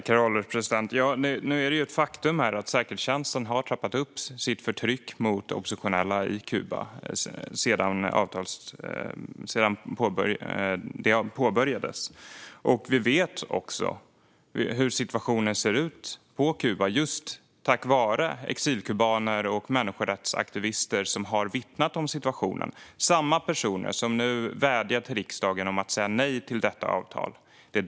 Herr ålderspresident! Det är ett faktum att säkerhetstjänsten har trappat upp sitt förtryck mot oppositionella på Kuba sedan arbetet med avtalet påbörjades. Vi vet också hur situationen på Kuba ser ut tack vare exilkubaner och människorättsaktivister, som har vittnat om den. Det är samma personer som nu vädjar till riksdagen att säga nej till avtalet.